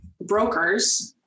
brokers